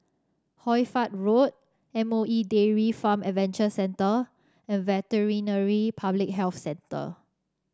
Hoy Fatt Road M O E Dairy Farm Adventure Centre and Veterinary Public Health Centre